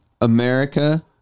America